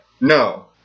no—